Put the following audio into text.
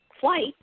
flight –